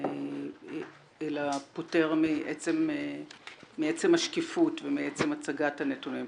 אלא פוטר מעצם השקיפות ומעצם הצגת הנתונים,